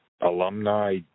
alumni